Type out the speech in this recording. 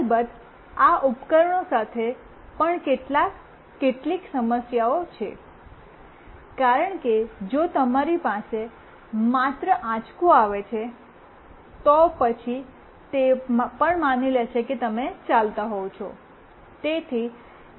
અલબત્ત આ ઉપકરણો સાથે પણ કેટલાક સમસ્યાઓ છે કારણ કે જો તમારી પાસે માત્ર આંચકો આવે છે તો પછી તે પણ માની લેશે કે તમે ચાલતા હોવ છો